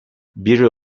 biri